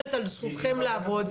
ושומרת על זכותם לעבוד,